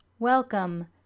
Welcome